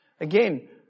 Again